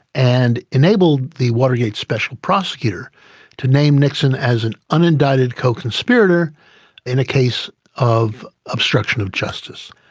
and enabled the watergate special prosecutor to name nixon as an un-indicted co-conspirator in a case of obstruction of justice,